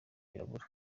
birabura